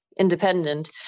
Independent